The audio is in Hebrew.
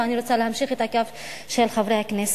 ואני רוצה להמשיך את הקו של חברי הכנסת.